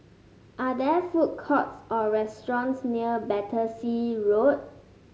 are there food courts or restaurants near Battersea Road